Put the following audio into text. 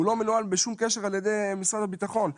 הוא לא מנוהל על ידי משרד הביטחון,